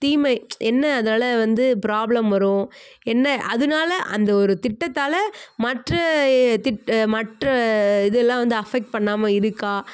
தீமை என்ன அதனால் வந்து ப்ராப்ளம் வரும் என்ன அதனால் அந்த ஒரு திட்டத்தால் மற்ற திட்ட மற்ற இதெல்லாம் வந்து அஃபெக்ட் பண்ணாமல் இருக்கா